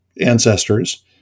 ancestors